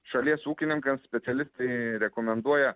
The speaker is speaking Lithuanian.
šalies ūkininkams specialistai rekomenduoja